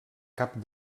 cap